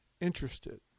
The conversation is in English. interested